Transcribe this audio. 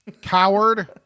Coward